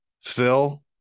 Phil